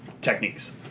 Techniques